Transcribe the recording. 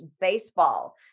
baseball